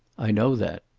i know that.